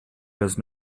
los